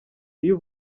iyo